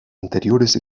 anteriores